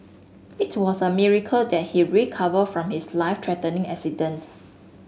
it was a miracle that he recovered from his life threatening accident